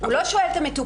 הוא לא שואל את המטופל,